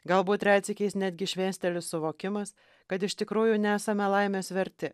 galbūt retsykiais netgi šmėsteli suvokimas kad iš tikrųjų nesame laimės verti